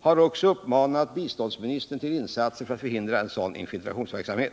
har också uppmanat biståndsministern att göra insatser för att hindra en sådan infiltrationsverksamhet.